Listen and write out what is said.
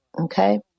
Okay